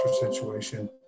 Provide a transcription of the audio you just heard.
situation